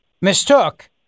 mistook